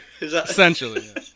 Essentially